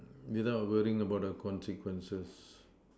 without worrying about the consequences